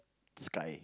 sky